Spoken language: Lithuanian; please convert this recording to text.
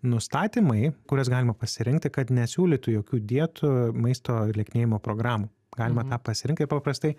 nustatymai kuriuos galima pasirinkti kad nesiūlytų jokių dietų maisto lieknėjimo programų galima tą pasirinkt kai paprastai